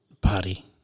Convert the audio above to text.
Party